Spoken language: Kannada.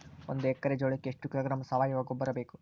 ಒಂದು ಎಕ್ಕರೆ ಜೋಳಕ್ಕೆ ಎಷ್ಟು ಕಿಲೋಗ್ರಾಂ ಸಾವಯುವ ಗೊಬ್ಬರ ಬೇಕು?